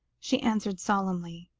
she answered solemnly,